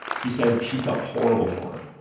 she says she felt horrible for him.